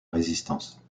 résistance